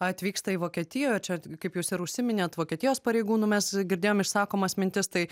atvyksta į vokietiją o čia kaip jūs ir užsiminėt vokietijos pareigūnų mes girdėjom išsakomas mintis tai